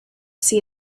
see